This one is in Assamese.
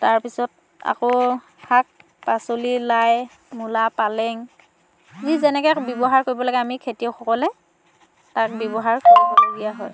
তাৰপিছত আকৌ শাক পাচলি লাই মূলা পালেং আমি যেনেকে ব্যৱহাৰ কৰিব লাগে আমি খেতিয়কসকলে তাত ব্যৱহাৰ কৰিবলগীয়া হয়